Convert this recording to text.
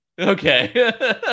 Okay